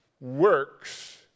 works